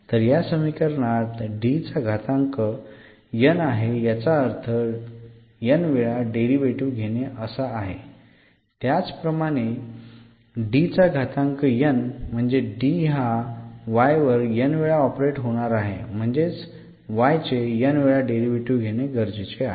तर या समीकरणात D चा घातांक n आहे याचा अर्थ n वेळा डेरीवेटीव्ह घेणे असा आहे त्याचप्रमाणे D चा घातांक n म्हणजे D हा y वर n वेळा ऑपरेट होणार आहे म्हणजेच y चे n वेळा डेरीवेटीव्ह घेणे गरजेचे आहे